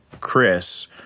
Chris